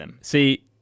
See